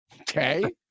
Okay